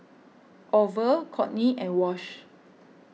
Orval Kortney and Wash